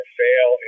fail